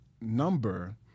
number